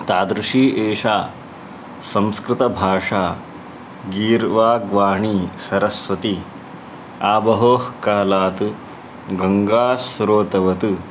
तादृशी एषा संस्कृतभाषा गीर्वाग् वाणी सरस्वती आबहोः कालात् गङ्गास्रोतवत्